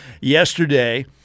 yesterday